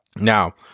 Now